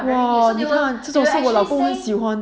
!wow! 你看这种是我老公会喜欢的